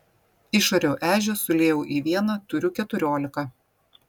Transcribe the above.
išariau ežią suliejau į vieną turiu keturiolika